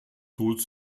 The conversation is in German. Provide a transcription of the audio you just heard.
holst